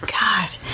God